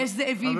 יש זאבים,